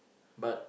but